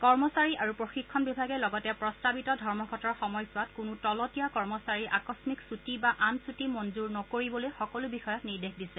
কৰ্মচাৰী আৰু প্ৰশিক্ষণ বিভাগে লগতে প্ৰস্তাৱিত ধৰ্মঘটৰ সময়ছোৱাত কোনো তলতীয়া কৰ্মচাৰীৰ আকস্মিক ছুটী বা আন ছুটী মঞ্জুৰ নকৰিবলৈ সকলো বিষয়াক নিৰ্দেশ দিছে